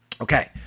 Okay